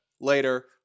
later